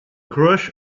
crush